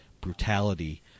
brutality